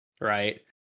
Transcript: right